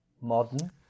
modern